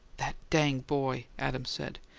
that dang boy! adams said.